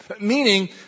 Meaning